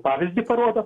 pavyzdį parodo